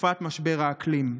החרפת משבר האקלים.